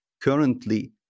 currently